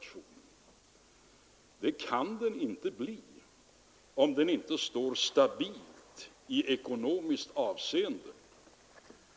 Men den kan inte bli respekterad, om den inte står stabilt i ekonomiskt avseende.